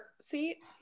seat